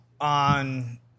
on